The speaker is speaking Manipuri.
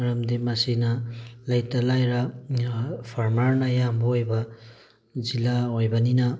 ꯃꯔꯝꯗꯤ ꯃꯁꯤꯅ ꯂꯩꯇ ꯂꯥꯏꯔ ꯐꯥꯔꯃꯔꯅ ꯑꯌꯥꯝꯕ ꯑꯣꯏꯕ ꯖꯤꯜꯂꯥ ꯑꯣꯏꯕꯅꯤꯅ